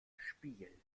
spiel